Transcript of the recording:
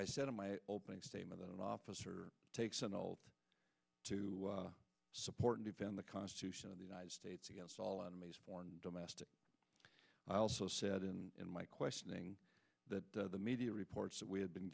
i said in my opening statement the officer takes an old to support and defend the constitution of the united states against all enemies foreign and domestic i also said in my questioning that the media reports that we had been